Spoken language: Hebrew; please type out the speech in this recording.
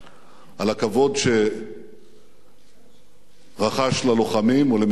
על הכבוד שרחש ללוחמים ולמפקדם.